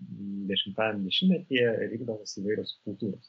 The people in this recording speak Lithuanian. dešimtajam dešimtmetyje rinkdavosi įvairios subkultūros